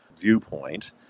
viewpoint